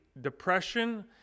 depression